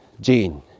gene